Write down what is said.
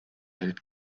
held